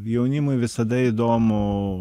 jaunimui visada įdomu